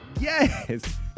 Yes